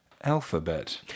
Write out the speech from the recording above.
alphabet